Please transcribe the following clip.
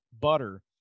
butter